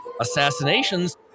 assassinations